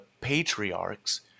patriarchs